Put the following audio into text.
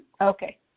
Okay